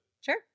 Sure